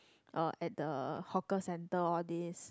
uh at the hawker center all these